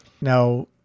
Now